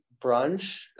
brunch